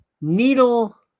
needle